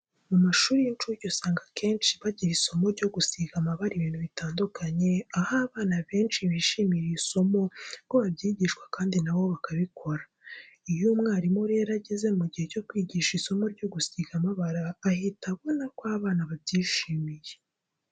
Mu mashuri y'incuke usanga akenshi bagira isomo ryo gusiga amabara ibintu bitandukanye, aho abana benshi bishimira iri somo kuko babyigishwa kandi na bo babikora. Iyo umwarimu rero ageze mu gihe cyo kwigisha isomo ryo gusiga amabara ahita abona ko abana babyishimiye.